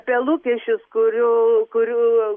apie lūkesčius kurių kurių